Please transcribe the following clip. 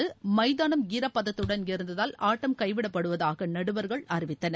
எமதாளம் ஈரப்பதத்துடன் இருந்ததால் ஆட்டம் கைவிடப்படுவதாக நடுவர்கள் அறிவித்தனர்